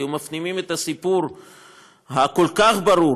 היו מפנימים את הסיפור הכל-כך ברור